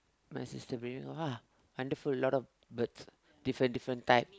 my sister bring me go lah wonderful lots of birds different different type